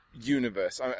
universe